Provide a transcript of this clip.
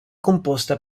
composta